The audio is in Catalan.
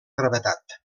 gravetat